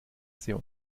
sehr